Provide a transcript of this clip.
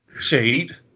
Shade